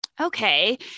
okay